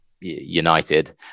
united